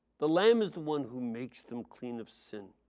the lamb is the one who makes them clean of sin.